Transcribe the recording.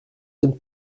dem